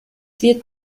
wird